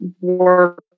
work